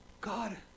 God